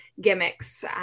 gimmicks